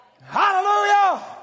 Hallelujah